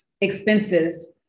expenses